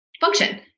function